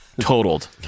totaled